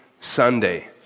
Sunday